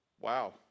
Wow